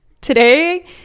today